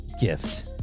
gift